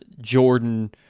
Jordan